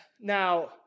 Now